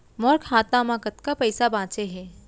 मोर खाता मा कतका पइसा बांचे हे?